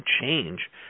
change